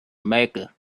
mecca